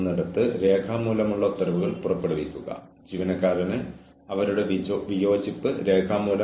മെച്ചപ്പെടുത്തലിനായി നിങ്ങളുടെ പ്രതീക്ഷകളെക്കുറിച്ച് ജീവനക്കാരന് വ്യക്തമായ ആശയം നേടണം